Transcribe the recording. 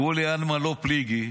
כולי עלמא לא פליגי.